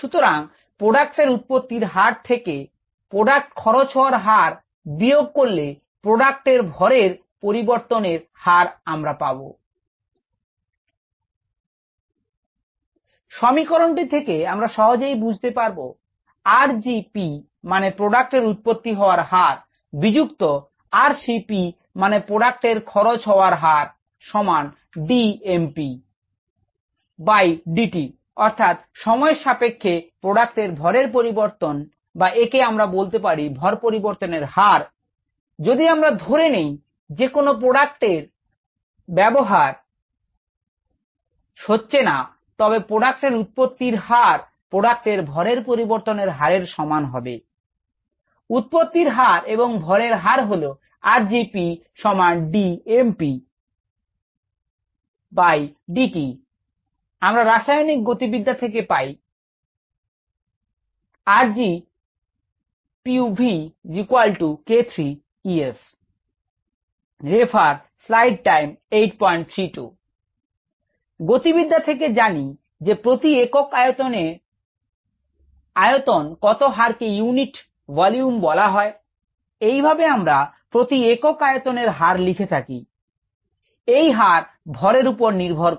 সুতরাং প্রোডাক্ট এর উৎপত্তির হার থেকে প্রোডাক্ট খরচ হওয়ার হার বিয়োগ করলে প্রোডাক্টের ভরের পরিবর্তনের হার আমরা পাব সমীকরণটি থেকে আমরা সহজেই বুঝতে পারবো r g P মানে প্রোডাক্ট এর উৎপত্তি হওয়ার হার মাইনাশ rcP মানে প্রোডাক্ট এর খরচ হওয়ার হার সমান 𝒅 বাই 𝒅𝒕 আমরা রাসায়নিক গতিবিদ্যা থেকে পাই 𝑟𝑔 𝑘3 ES গতিবিদ্যা থেকে জানি যে প্রতি একক আয়তনে আয়তন কত হারকে ইউনিট ভলিউম বলা হয় এইভাবে আমরা প্রতি একক আয়তনের হার লিখে থাকি এই হার ভরের উপর নির্ভর করে